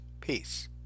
Peace